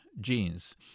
genes